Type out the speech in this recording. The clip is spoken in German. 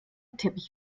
teppich